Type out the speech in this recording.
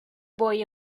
boy